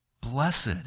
Blessed